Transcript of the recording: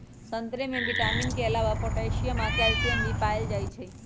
संतरे में विटामिन के अलावे पोटासियम आ कैल्सियम भी पाएल जाई छई